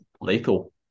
lethal